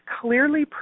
clearly